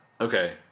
Okay